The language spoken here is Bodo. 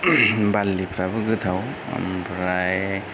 बारलिफ्राबो गोथाव ओमफ्राय